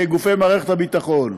גופי מערכת הביטחון.